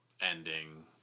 ending